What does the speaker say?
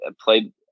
played